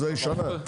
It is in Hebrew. אז הייתה שנה.